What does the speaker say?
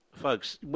Folks